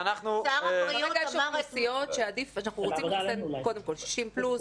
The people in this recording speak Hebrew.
כרגע יש אוכלוסיות שאנחנו רוצים לחסן קודם כול 60 פלוס,